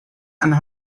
and